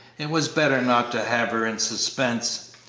it was better not to have her in suspense.